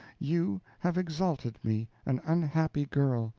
you have exalted me, an unhappy girl,